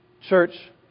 church